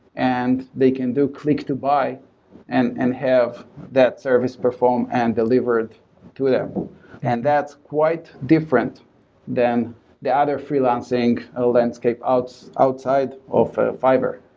and they can do click-to-buy and and have that service performed and delivered to them and that's quite different than the other freelancing landscape outside outside of fiverr.